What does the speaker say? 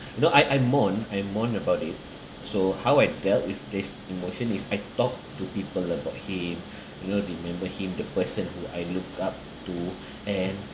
you know I I mourned I mourned about it so how I dealt with this emotion is I talked to people about him you know to remember him the person who I looked up to and